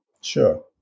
sure